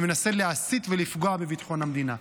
ומנסה להסית ולפגוע בביטחון המדינה.